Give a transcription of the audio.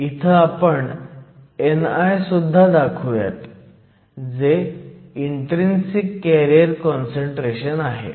इथं आपण ni सुद्धा दाखवुयात जे इन्ट्रीन्सिक कॅरियर काँसंट्रेशन आहे